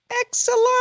excellent